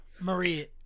Maria